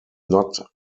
not